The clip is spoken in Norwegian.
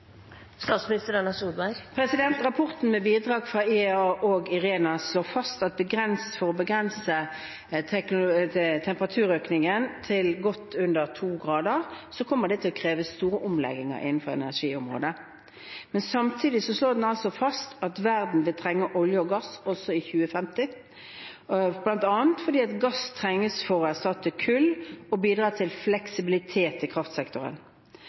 Rapporten med bidrag fra IEA og IRENA slår fast at for at vi skal klare å begrense temperaturøkningen til godt under to grader, kommer det til å kreve store omlegginger innenfor energiområdet. Samtidig slår den fast at verden vil trenge olje og gass også i 2050, bl.a. fordi gass trengs for å erstatte kull, og fordi den bidrar til fleksibilitet i kraftsektoren,